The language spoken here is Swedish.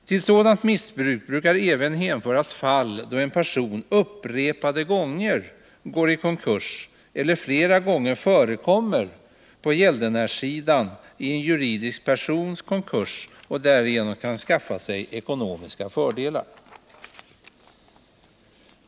Till sådant missbruk brukar även hänföras fall då en person upprepade gånger går i konkurs eller flera gånger förekommer på gäldenärssidan i en juridisk persons konkurs och därigenom kan skaffa sig ekonomiska fördelar.